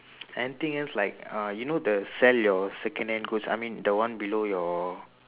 anything else like uh you know the sell your second hand clothes I mean the one below your